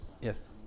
Yes